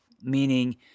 Meaning